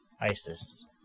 ISIS